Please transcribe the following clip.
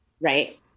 Right